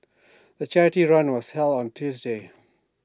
the charity run was held on Tuesday